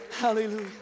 hallelujah